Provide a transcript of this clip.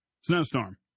Snowstorm